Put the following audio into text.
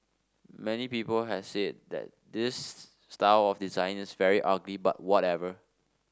many people have said that this style of design is very ugly but whatever